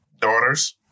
daughters